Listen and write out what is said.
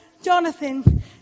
Jonathan